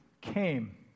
came